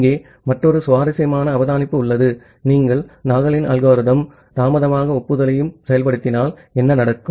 இங்கே மற்றொரு சுவாரஸ்யமான அவதானிப்பு உள்ளது நீங்கள் நாக்லின் அல்கோரிதம் தாமதமாக ஒப்புதலையும் செயல்படுத்தினால் என்ன நடக்கும்